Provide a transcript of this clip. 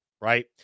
right